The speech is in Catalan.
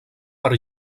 per